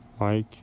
Mike